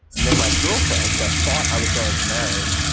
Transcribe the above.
and then my girlfriend, who i thought i was going to marry,